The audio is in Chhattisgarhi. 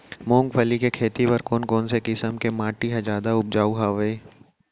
मूंगफली के खेती बर कोन कोन किसम के माटी ह जादा उपजाऊ हवये?